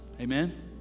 Amen